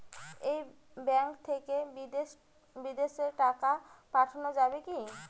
এই ব্যাঙ্ক থেকে বিদেশে টাকা পাঠানো যাবে কিনা?